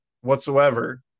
whatsoever